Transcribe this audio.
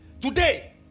Today